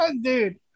Dude